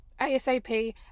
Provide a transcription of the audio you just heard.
ASAP